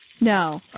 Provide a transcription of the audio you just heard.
No